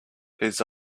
his